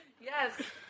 Yes